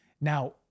Now